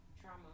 Trauma